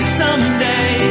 someday